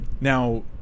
Now